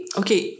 okay